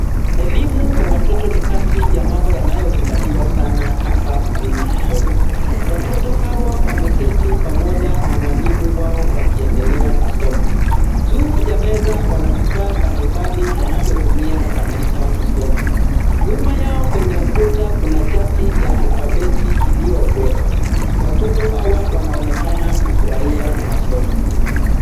Elimu kwa watoto ni kati ya mambo yanayo zingatiwa sana hapa mjini Nairobi. Watoto hawa wameketi pamoja na mwalimu wao wakiendelea kusoma, juu ya meza wanavifaa mbalimbali wanavyo tumia katika kusoma. Nyuma yao kwenye ukuta kuna chati ya alfabeti iliyowekwa. Watoto hawa wanaonekana kufurahia masomo.